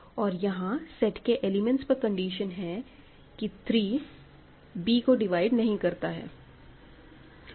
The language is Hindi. और यहां सेट के एलिमेंट्स पर कंडीशन है कि 3 b को डिवाइड नहीं करता है